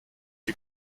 die